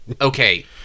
Okay